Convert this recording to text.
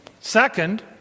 Second